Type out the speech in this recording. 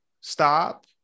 Stop